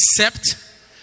accept